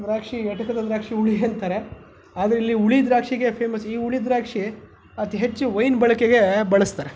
ದ್ರಾಕ್ಷಿ ಎಟುಕದ ದ್ರಾಕ್ಷಿ ಹುಳಿ ಅಂತಾರೆ ಆದರೆ ಇಲ್ಲಿ ಹುಳಿ ದ್ರಾಕ್ಷಿಗೆ ಫೇಮಸ್ ಈ ಹುಳಿ ದ್ರಾಕ್ಷಿ ಅತಿ ಹೆಚ್ಚು ವೈನ್ ಬಳಕೆಗೆ ಬಳಸ್ತಾರೆ